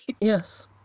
Yes